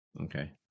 okay